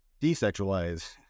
desexualize